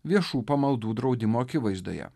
viešų pamaldų draudimo akivaizdoje